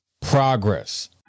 progress